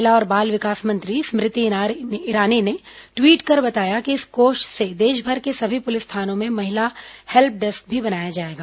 महिला और बाल विकास मंत्री स्मृति ईरानी ने दवीट कर बताया कि इस कोष से देशभर के सभी पुलिस थानों में महिला हेल्प डेस्क भी बनाया जाएगा